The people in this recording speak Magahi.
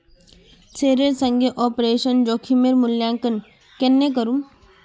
शेयरेर संगे ऑपरेशन जोखिमेर मूल्यांकन केन्ने करमू